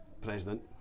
president